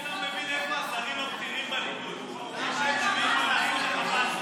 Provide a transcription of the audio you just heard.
אינו נוכח סמי אבו שחאדה,